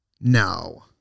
No